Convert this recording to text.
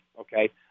okay